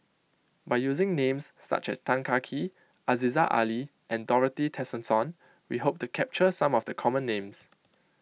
by using names such as Tan Teng Kee Aziza Ali and Dorothy Tessensohn we hope to capture some of the common names